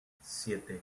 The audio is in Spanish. siete